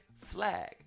flag